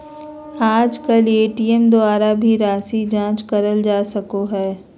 आजकल ए.टी.एम द्वारा भी राशी जाँच करल जा सको हय